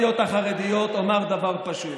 ולחבריי היקרים בסיעות החרדיות אומר דבר פשוט: